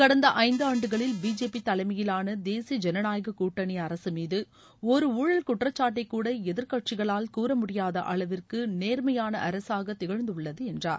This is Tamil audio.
கடந்த ஐந்தாண்டுகளில் பிஜேபி தலைமையிலான தேசிய ஜனநாயக கூட்டணி அரசு மீது ஒரு ஊழல் குற்றச்சாட்டை கூட எதிர்க்கட்சிகளால் கூறமுடியாத அளவிற்கு நேர்மையாள அரசாக திகழ்ந்துள்ளது என்றார்